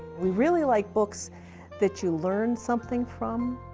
we really like books that you learn something from.